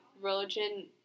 religion